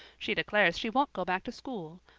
she declares she won't go back to school.